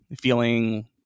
feeling